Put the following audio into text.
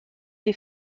les